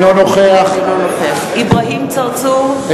אינו נוכח אברהים צרצור,